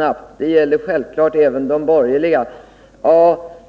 Men det gäller faktiskt även borgerliga